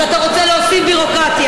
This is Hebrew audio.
אז אתה רוצה להוסיף ביורוקרטיה,